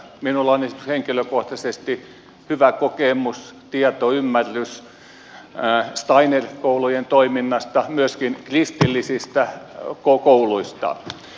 minulla on esimerkiksi henkilökohtaisesti hyvä kokemus tieto ymmärrys steinerkoulujen toiminnasta myöskin kristillisistä kouluista